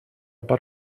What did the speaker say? per